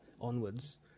onwards